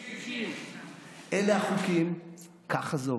60. אלה החוקים, ככה זה עובד.